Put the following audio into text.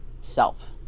self